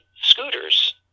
scooters